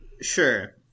Sure